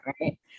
right